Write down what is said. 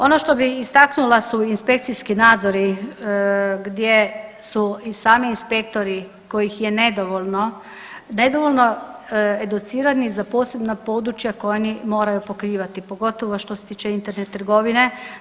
Ono što bih istaknula su inspekcijski nadzori gdje su i sami inspektori kojih je nedovoljno, nedovoljno educirani za posebna područja koja oni moraju pokrivati pogotovo što se tiče Internet trgovine.